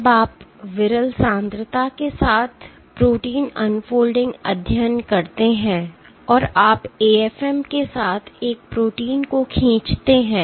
जब आप विरल सांद्रता के साथ प्रोटीन अनफोल्डिंग अध्ययन करते हैं और आप AFM के साथ एक प्रोटीन को खींचते हैं